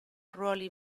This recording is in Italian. ruoli